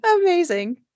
Amazing